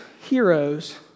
heroes